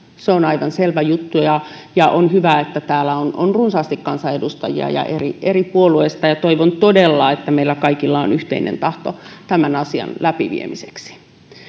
se on aivan selvä juttu ja ja on hyvä että täällä on on runsaasti kansanedustajia ja eri eri puolueista ja toivon todella että meillä kaikilla on yhteinen tahto tämän asian läpiviemiseksi